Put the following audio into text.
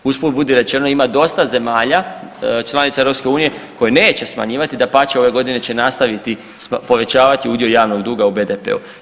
Usput budi rečeno ima dosta zemalja članica EU koje neće smanjivati, dapače ove godine će nastaviti povećavati udio javnog duga u BDP-u.